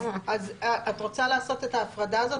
אז את רוצה לעשות את ההפרדה הזאת,